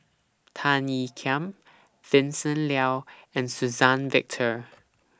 Tan Ean Kiam Vincent Leow and Suzann Victor